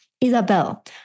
Isabel